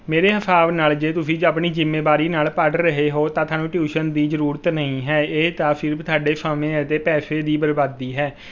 ਮੇਰੇ ਹਿਸਾਬ ਨਾਲ ਜੇ ਤੁਸੀਂ ਜ ਆਪਣੀ ਜ਼ਿੰਮੇਵਾਰੀ ਨਾਲ ਪੜ੍ਹ ਰਹੇ ਹੋ ਤਾਂ ਤੁਹਾਨੂੰ ਟਿਊਸ਼ਨ ਦੀ ਜ਼ਰੂਰਤ ਨਹੀਂ ਹੈ ਇਹ ਤਾਂ ਸਿਰਫ਼ ਤੁਹਾਡੇ ਸਮੇਂ ਅਤੇ ਪੈਸੇ ਦੀ ਬਰਬਾਦੀ ਹੈ